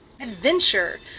adventure